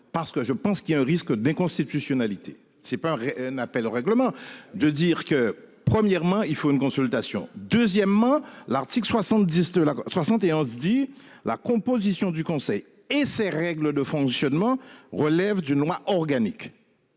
parce que je pense qu'il y a un risque d'inconstitutionnalité. C'est pas un appel au règlement de dire que premièrement il faut une consultation. Deuxièmement, l'article 70 de la 71 dit la composition du conseil et ses règles de fonctionnement relève d'une loi organique.